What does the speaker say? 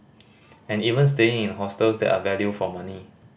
and even staying in hostels that are value for money